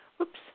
Oops